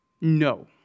No